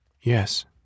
Yes